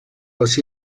les